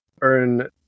earn